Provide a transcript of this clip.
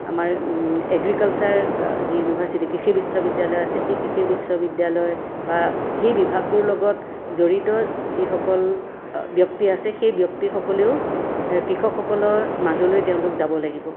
আমাৰ এগ্ৰিকালচাৰ যি ইউনিভাৰ্চিটি কৃষি বিশ্ৱবিদ্যালয় আছে সেই কৃষি বিশ্ৱবিদ্যালয় বা সেই বিভাগটোৰ লগত জড়িত যিসকল ব্যক্তি আছে সেই ব্যক্তিসকলেও কৃষকসকলৰ মাজলৈ তেওঁলোক যাব লাগিব